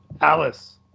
Alice